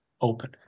open